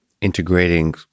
integrating